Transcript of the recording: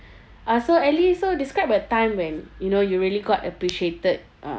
uh so elly so describe a time when you know you really got appreciated uh